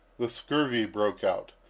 the scurvy broke out,